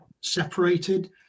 separated